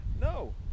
No